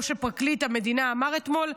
כמו שפרקליט המדינה אמר אתמול,